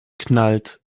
knallt